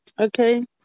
Okay